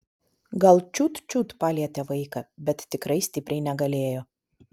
gal čiut čiut palietė vaiką bet tikrai stipriai negalėjo